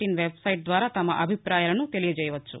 in website ద్వారా తమ అభిప్రాయాలను తెలియచేయవచ్చు